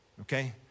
Okay